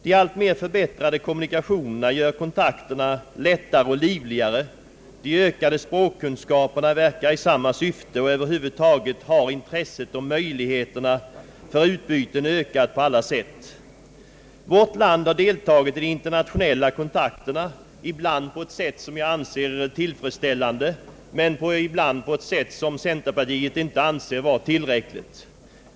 De allt mera förbättrade kommunikationerna gör kontakterna lättare och livligare, de ökade språkkunskaperna verkar i samma syfte, och över huvud taget har intresset och möjligheterna för utbyten ökat på alla sätt. Vårt land har deltagit i de internationella kontakterna, ibland på ett sätt som jag anser tillfredsställande men ibland på ett sätt som centerpartiet inte anser vara tillräckligt.